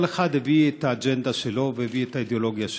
כל אחד הביא את האג'נדה שלו והביא את האידיאולוגיה שלו.